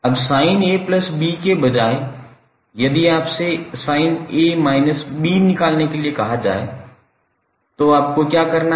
अब sin𝐴𝐵 के बजाय यदि आपसे sin𝐴 − 𝐵 निकलने के लिए कहा जाये तो आपको क्या करना है